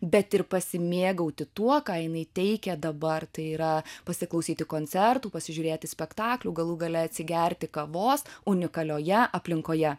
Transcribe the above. bet ir pasimėgauti tuo ką jinai teikia dabar tai yra pasiklausyti koncertų pasižiūrėti spektaklių galų gale atsigerti kavos unikalioje aplinkoje